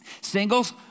Singles